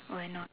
why not